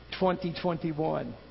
2021